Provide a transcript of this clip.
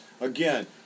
again